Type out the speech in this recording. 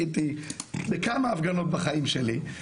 אני הייתי בכמה הפגנות בחיים שלי,